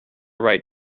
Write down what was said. write